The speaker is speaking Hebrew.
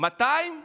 200?